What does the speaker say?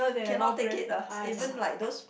cannot take it ah even like those